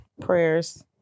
Prayers